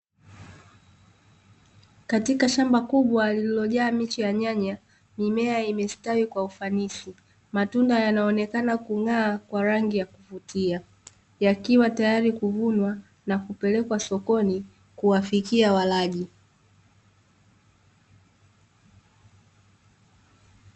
Katika shamba kubwa lililojaa miche ya nyanya, mimea imestawi kwa ufanisi. Matunda yanaonekana kung'aa kwa rangi ya kuvutia yakiwa tayari kuvunwa na kupelekwa sokoni kuwafikia walaji.